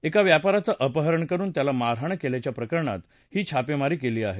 एका व्यापा याचं अपहरण करुन त्याला मारहाण केल्याच्या प्रकरणात ही छापेमारी केली आहे